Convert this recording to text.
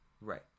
Right